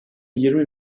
yirmi